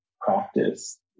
practice